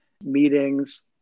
Meetings